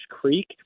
Creek